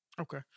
Okay